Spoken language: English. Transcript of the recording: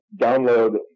download